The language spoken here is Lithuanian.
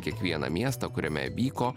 kiekvieną miestą kuriame vyko